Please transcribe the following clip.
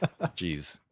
Jeez